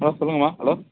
hello சொல்லுங்கம்மா hello